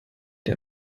der